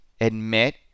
admit